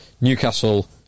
Newcastle